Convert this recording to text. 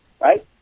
right